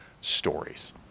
stories